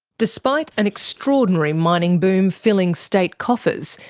despite an extraordinary mining boom filling state coffers,